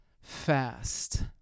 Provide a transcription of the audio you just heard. fast